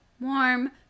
warm